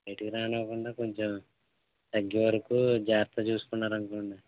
బయటికి రానివ్వకుండా కొంచం తగ్గేవరకు జాగ్రత్తగా చూసుకున్నారు అనుకోండి